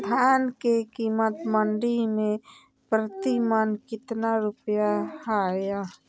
धान के कीमत मंडी में प्रति मन कितना रुपया हाय?